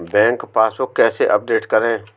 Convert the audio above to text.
Bank passbook कैसे update करें?